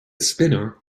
spinner